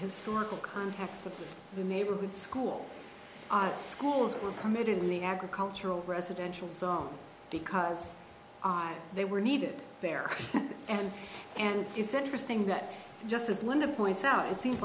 historical context of the neighborhood school our schools were committed in the agricultural residential song because i they were needed there and and it's interesting that just as one of the points out it seems